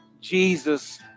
Jesus